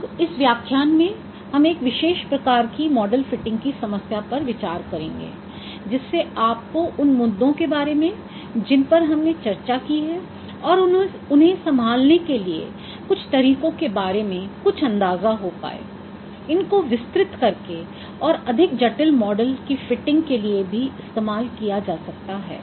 अब इस व्याख्यान में हम एक विशेष प्रकार की मॉडल फिटिंग की समस्या पर विचार करेंगे जिससे आपको उन मुद्दों के बारे में जिन पर हमने चर्चा की है और उन्हें संभालने के लिए कुछ तरीकों के बारे में कुछ अंदाज़ा हो पाए इनको विस्तृत करके और अधिक जटिल मॉडल की फिटिंग के लिए भी इस्तेमाल किया जा सकता है